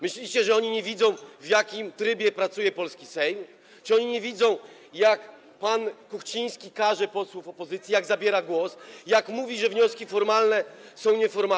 Myślicie, że oni nie widzą, w jakim trybie pracuje polski Sejm, że oni nie widzą, jak pan Kuchciński karze posłów opozycji, jak zabiera im głos, jak mówi, że wnioski formalne są nieformalne?